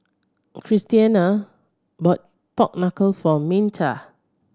Christiana bought pork knuckle for Minta